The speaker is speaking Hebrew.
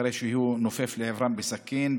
אחרי שהוא נופף לעברם בסכין,